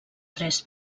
tres